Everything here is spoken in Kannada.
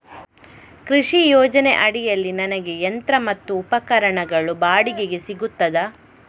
ಕೃಷಿ ಯೋಜನೆ ಅಡಿಯಲ್ಲಿ ನನಗೆ ಯಂತ್ರ ಮತ್ತು ಉಪಕರಣಗಳು ಬಾಡಿಗೆಗೆ ಸಿಗುತ್ತದಾ?